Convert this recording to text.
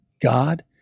god